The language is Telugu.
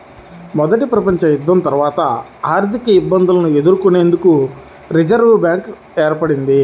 మొదటి ప్రపంచయుద్ధం తర్వాత ఆర్థికఇబ్బందులను ఎదుర్కొనేందుకు రిజర్వ్ బ్యాంక్ ఏర్పడ్డది